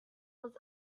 was